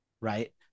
right